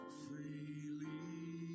freely